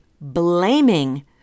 blaming